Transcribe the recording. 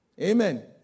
Amen